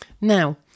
Now